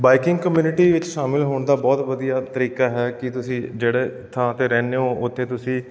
biking community ਵਿੱਚ ਸ਼ਾਮਿਲ ਹੋਣ ਦਾ ਬਹੁਤ ਵਧੀਆ ਤਰੀਕਾ ਹੈ ਕਿ ਤੁਸੀਂ ਜਿਹੜੇ ਥਾਂ 'ਤੇ ਰਹਿੰਦੇ ਹੋ ਉੱਥੇ ਤੁਸੀਂ